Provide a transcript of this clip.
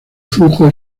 flujo